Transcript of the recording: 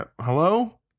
Hello